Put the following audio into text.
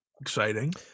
Exciting